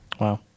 Wow